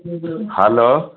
hello